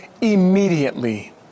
immediately